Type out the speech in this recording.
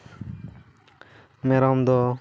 ᱢᱮᱨᱚᱢ ᱫᱚ